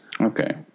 Okay